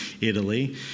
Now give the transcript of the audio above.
Italy